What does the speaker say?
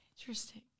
Interesting